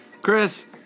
Chris